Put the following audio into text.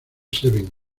seven